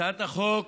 הצעת החוק